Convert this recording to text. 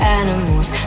animals